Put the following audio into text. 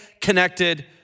connected